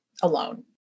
alone